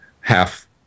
half